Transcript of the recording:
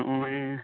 ᱱᱚᱜᱼᱚᱭ